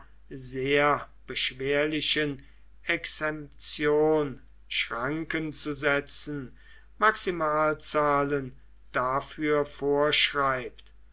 sehr beschwerlichen exemtion schranken zu setzen maximalzahlen dafür vorschreibt